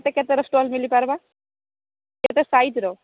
ସେ କେତେର ଷ୍ଟଲ୍ ମିଳିପାରିବ କେତେ ସାଇଜ୍ର